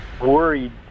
worried